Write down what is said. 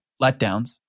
letdowns